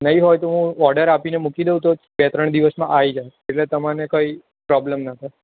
નહીં હોય તો હું ઓર્ડર આપીને મૂકી દઉં તો બે ત્રણ દિવસમાં આવી જાય એટલે તમને કોઈ પ્રોબ્લેમ ન થાય